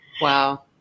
Wow